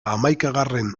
hamaikagarren